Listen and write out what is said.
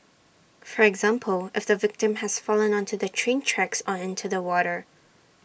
for example if the victim has fallen onto the train tracks on into the water